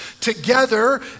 together